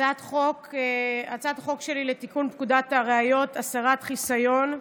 הצעת החוק שלי לתיקון פקודת הראיות (הסרת חיסיון)